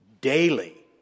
daily